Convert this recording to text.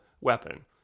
weapon